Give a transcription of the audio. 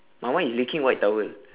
my one is licking white towel